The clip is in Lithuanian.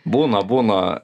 būna būna